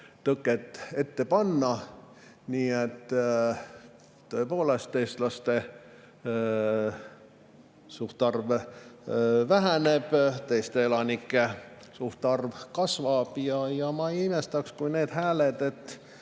tõket ette panna. Nii et tõepoolest, eestlaste suhtarv väheneb, teiste elanike suhtarv kasvab. Ja ma ei imestaks, kui need hääled,